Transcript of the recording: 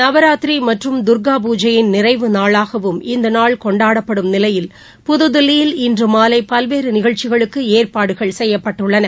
நவராத்திரிமற்றும் தர்கா பூஜையின் நிறைவு நாளாகவும் இந்தநாள் கொண்டாடப்படும் நிலையில் புதுதில்லியில் இன்றுமாலைபல்வேறுநிகழ்ச்சிகளுக்குஏற்பாடுசெய்யப்பட்டுள்ளன